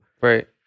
Right